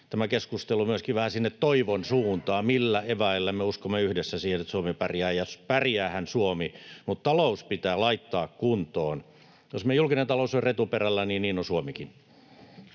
tämä keskustelu myöskin vähän sinne toivon suuntaan: millä eväillä me uskomme yhdessä siihen, että Suomi pärjää. Ja pärjäähän Suomi, mutta talous pitää laittaa kuntoon, sillä jos meidän julkinen talous on retuperällä, niin niin on Suomikin.